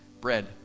bread